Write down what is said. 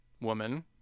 woman